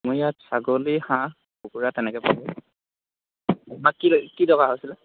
আমাৰ ইয়াত ছাগলী হাঁহ কুকুৰা তেনেকৈ পাব আপোনাক কি লাগে কি দৰকাৰ হৈছিলে